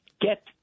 Get